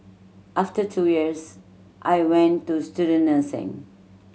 after two years I went to student nursing